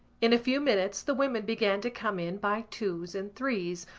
in a few minutes the women began to come in by twos and threes,